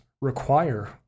require